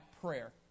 prayer